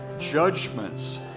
judgments